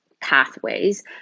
pathways